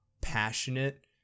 passionate